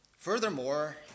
Furthermore